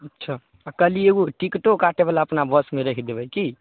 अच्छा आ काल्हि एगो टिकटो काटै बला अपना बसमे राखि देबै की